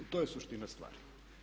To je suština stvari.